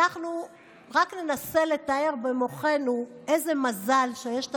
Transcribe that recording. אנחנו רק ננסה לתאר במוחנו איזה מזל שיש את